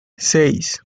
seis